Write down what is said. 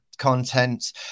content